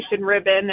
ribbon